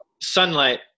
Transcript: sunlight